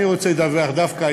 אני רוצה לדווח דווקא,